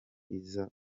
iza